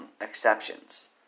exceptions